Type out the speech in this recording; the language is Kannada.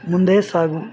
ಮುಂದೆ ಸಾಗು